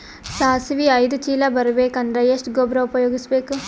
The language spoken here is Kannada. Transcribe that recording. ಸಾಸಿವಿ ಐದು ಚೀಲ ಬರುಬೇಕ ಅಂದ್ರ ಎಷ್ಟ ಗೊಬ್ಬರ ಉಪಯೋಗಿಸಿ ಬೇಕು?